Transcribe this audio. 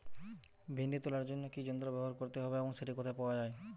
ভিন্ডি তোলার জন্য কি যন্ত্র ব্যবহার করতে হবে এবং সেটি কোথায় পাওয়া যায়?